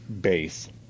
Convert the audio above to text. base